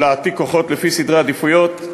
להעתיק כוחות לפי סדרי עדיפויות.